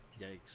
Yikes